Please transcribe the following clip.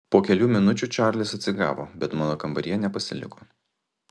po kelių minučių čarlis atsigavo bet mano kambaryje nepasiliko